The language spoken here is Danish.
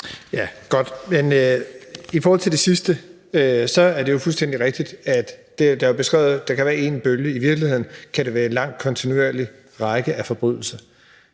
(S): Godt, men i forhold til det sidste er det jo fuldstændig rigtigt, at det er beskrevet, at der kan være en bølge, men i virkeligheden kan det være en lang kontinuerlig række af forbrydelser.